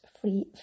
Free